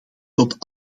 tot